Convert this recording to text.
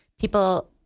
people